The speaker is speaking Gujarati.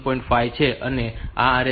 5 છે અને આ RST 7